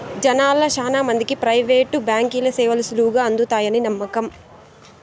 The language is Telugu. జనాల్ల శానా మందికి ప్రైవేటు బాంకీల సేవలు సులువుగా అందతాయని నమ్మకం